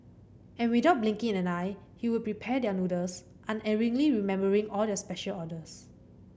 and without blinking an eye he would prepare their noodles unerringly remembering all their special orders